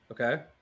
Okay